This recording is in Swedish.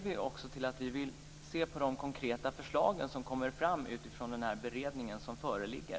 Vi vill se på de konkreta förslagen som kommer från den beredning som pågår.